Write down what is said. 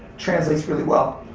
translates really well.